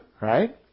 right